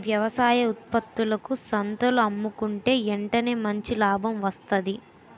వ్యవసాయ ఉత్త్పత్తులను సంతల్లో అమ్ముకుంటే ఎంటనే మంచి లాభం వస్తాది